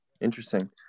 interesting